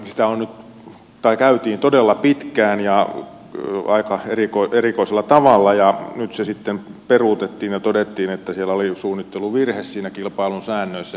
sitä käytiin todella pitkään ja aika erikoisella tavalla ja nyt se sitten peruutettiin ja todettiin että siellä oli suunnitteluvirhe niissä kilpailun säännöissä